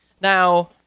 Now